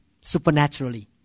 supernaturally